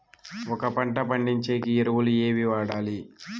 ఒక పంట పండించేకి ఎరువులు ఏవి వాడాలి?